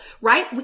right